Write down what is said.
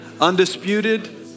undisputed